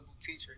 teacher